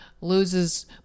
loses